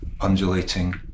undulating